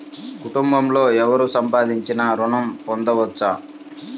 కుటుంబంలో ఎవరు సంపాదించినా ఋణం పొందవచ్చా?